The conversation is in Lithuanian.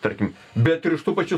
tarkim bet ir iš tų pačių